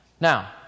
Now